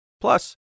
Plus